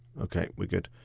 okay, we're good.